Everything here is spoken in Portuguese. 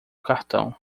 cartão